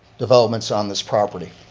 developments on this property.